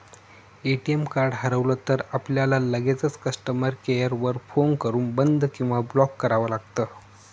ATM card हरवलं तर, आपल्याला लगेचच कस्टमर केअर वर फोन करून बंद किंवा ब्लॉक करावं लागतं